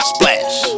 Splash